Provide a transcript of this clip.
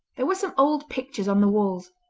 there were some old pictures on the walls,